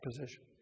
position